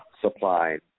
supply